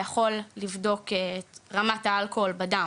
יכול לבדוק את רמת האלכוהול בדם,